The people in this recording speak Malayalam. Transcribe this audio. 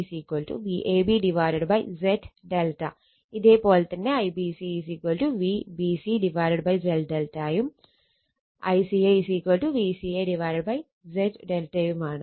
ഇതേ പോലെ തന്നെ IBC Vbc Z ∆ യും ICA Vca Z ∆ യും ആണ്